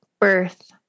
Birth